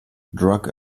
drug